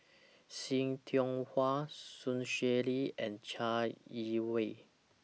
See Tiong Wah Sun Xueling and Chai Yee Wei